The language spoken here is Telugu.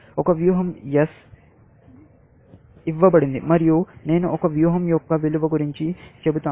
ఒక వ్యూహం S ఇవ్వబడింది మరియు నేను ఒక వ్యూహం యొక్క విలువ గురించి చెబుతాను